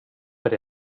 but